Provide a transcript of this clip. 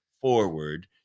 forward